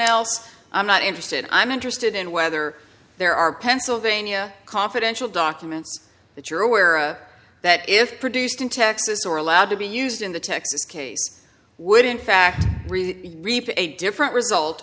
else i'm not interested i'm interested in whether there are pennsylvania confidential documents that you're aware that if produced in texas or allowed to be used in the texas case would in fact reap a different result